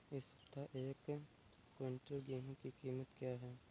इस सप्ताह एक क्विंटल गेहूँ की कीमत क्या है?